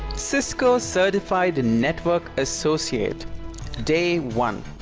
cisco certified network associate day one.